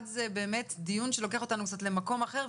באמת דיון שלוקח אותנו קצת למקום אחר,